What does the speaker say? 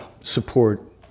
support